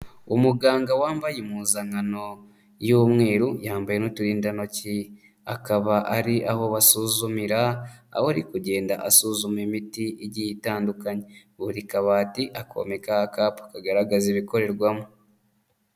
Umuganga wambaye impuzankano y'umweru yambaye n'uturindantoki akaba ari aho basuzumira aho ari kugenda asuzuma imiti igiye itandukanye, buri kabati akomekaho akapa kagaragaza ibikorerwamo.